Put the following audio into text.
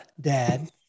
dad